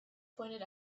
pointed